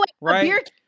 right